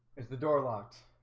is the door locked